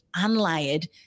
unlayered